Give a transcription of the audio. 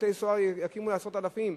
בתי-סוהר יקימו לעשרות אלפים.